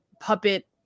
puppet